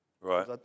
Right